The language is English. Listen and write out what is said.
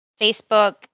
Facebook